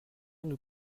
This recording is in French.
nous